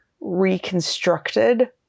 reconstructed